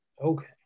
okay